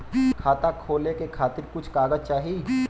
खाता खोले के खातिर कुछ कागज चाही?